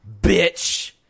bitch